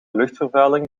luchtvervuiling